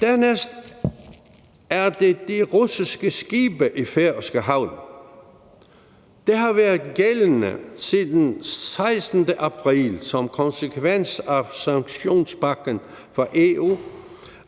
Dernæst er der de russiske skibe i færøske havne. Det har været gældende siden den 16. april som konsekvens af sanktionspakken fra EU,